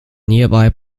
nearby